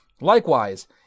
Likewise